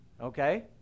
Okay